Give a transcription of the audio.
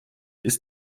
ist